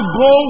go